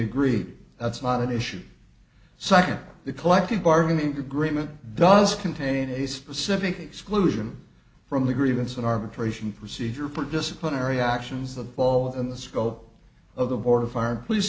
agreed that's not an issue second the collective bargaining agreement does contain a specific exclusion from the grievance and arbitration procedure for disciplinary actions the ball in the scope of the border fire and police